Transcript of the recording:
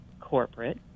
corporate